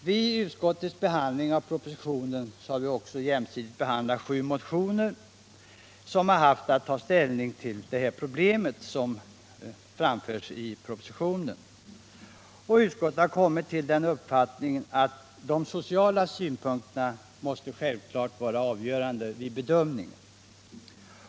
Vid utskottets behandling av propositionen och de sju motioner som utskottet i samband därmed haft att ta ställning till har utskottet kommit fram till den uppfattningen, att de sociala synpunkterna måste bli avgörande för bedömningen.